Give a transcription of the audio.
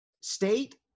State